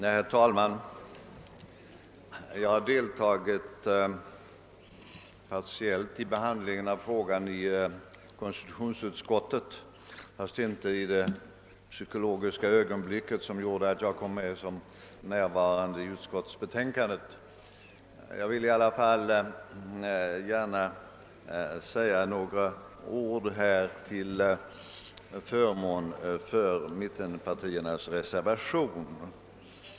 Herr talman! Jag har partiellt deltagit i behandlingen av detta ärende i konstitutionsutskottet, ehuru inte i det psykologiska ögonblicket så att jag i utlåtandet blivit antecknad som närvarande. Jag vill ändå gärna säga några ord till förmån för mittenpartiernas reservation.